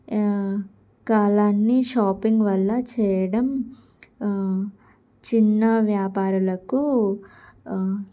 కాలాన్ని షాపింగ్ వల్ల చేయడం చిన్న వ్యాపారులకు